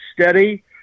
steady